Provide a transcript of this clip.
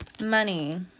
Money